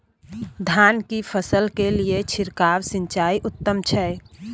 धान की फसल के लिये छिरकाव सिंचाई उत्तम छै?